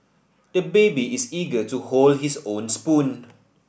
the baby is eager to hold his own spoon